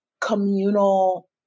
communal